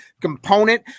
component